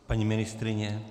Paní ministryně?